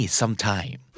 sometime